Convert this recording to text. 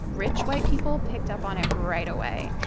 rich white people picked up on it right away.